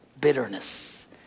bitterness